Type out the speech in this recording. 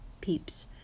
peeps